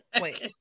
wait